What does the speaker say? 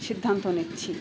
সিদ্ধান্ত নিচ্ছি